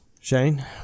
shane